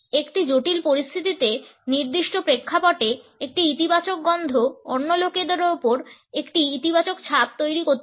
একটি জটিল পরিস্থিতিতে নির্দিষ্ট প্রেক্ষাপটে একটি ইতিবাচক গন্ধ অন্য লোকেদের উপর একটি ইতিবাচক ছাপ তৈরি করতে পারে